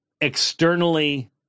externally